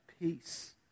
peace